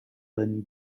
lynn